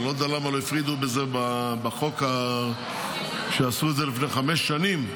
אני לא יודע למה לא הפרידו בחוק שעשו לפני חמש שנים,